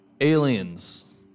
Aliens